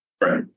Right